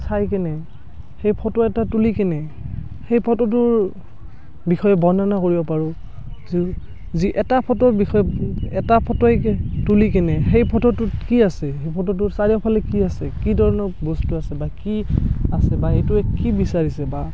চাই কেনে সেই ফটো এটা তুলি কেনে সেই ফটোটোৰ বিষয়ে বৰ্ণনা কৰিব পাৰোঁ যে যি এটা ফটোৰ বিষয়ে এটা ফটোই তুলি কেনে সেই ফটোটোত কি আছে সেই ফটোটোৰ চাৰিওফালে কি আছে কি ধৰণৰ বস্তু আছে বা কি আছে বা এইটোৱে কি বিচাৰিছে বা